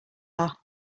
are